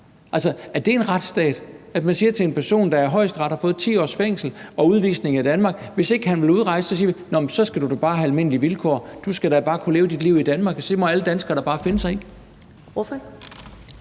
i en retsstat, at man siger til en person, der af Højesteret har fået 10 års fængsel og udvisning af Danmark, at hvis ikke han vil udrejse, skal han da bare have almindelige vilkår og da bare kunne leve sit liv i Danmark, og at alle danskere da bare må finde sig i det?